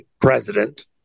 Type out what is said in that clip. president